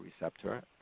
receptor